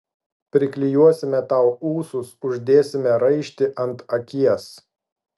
priklijuosime tau ūsus uždėsime raištį ant akies